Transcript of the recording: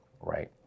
right